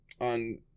on